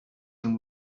and